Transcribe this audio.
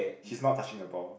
he's not touching the ball